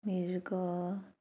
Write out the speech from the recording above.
मृग